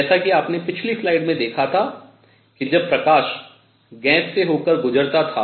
जैसा कि आपने पिछली स्लाइड में देखा था कि जब प्रकाश गैस से होकर गुजरता था